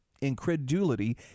incredulity